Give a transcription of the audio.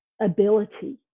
ability